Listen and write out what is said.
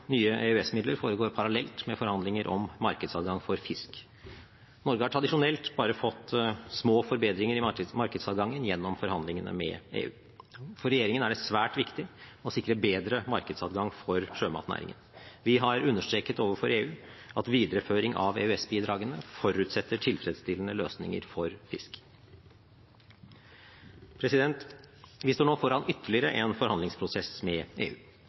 nye EØS-midler foregår parallelt med forhandlinger om markedsadgang for fisk. Norge har tradisjonelt bare fått små forbedringer i markedsadgangen gjennom forhandlingene med EU. For regjeringen er det svært viktig å sikre bedre markedsadgang for sjømatnæringen. Vi har understreket overfor EU at videreføring av EØS-bidragene forutsetter tilfredsstillende løsninger for fisk. Vi står nå foran ytterligere en forhandlingsprosess med EU.